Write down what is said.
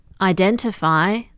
identify